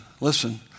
listen